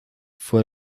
fue